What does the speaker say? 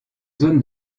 zones